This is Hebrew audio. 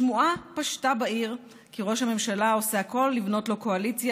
שמועה פשטה בעיר כי ראש הממשלה עושה הכול לבנות לו קואליציה